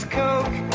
coke